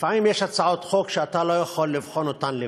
לפעמים יש הצעות חוק שאתה לא יכול לבחון אותן לבד.